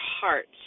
hearts